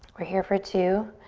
we're here for two.